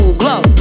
glow